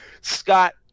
Scott